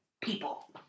people